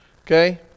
Okay